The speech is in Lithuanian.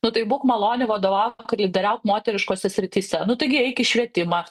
nu tai būk maloni vadovauk lyderiauk moteriškose srityse nu taigi eik į švietimą